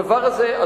הדבר הזה,